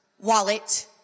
wallet